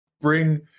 bring